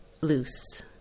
loose